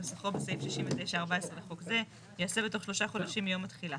כניסוחו בסעיף 69(14) לחוק זה יעשה בתוך שלושה חודשים מיום התחילה.